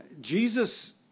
Jesus